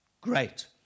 Great